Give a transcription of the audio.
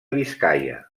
biscaia